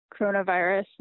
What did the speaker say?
coronavirus